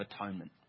Atonement